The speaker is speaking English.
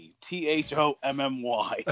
T-H-O-M-M-Y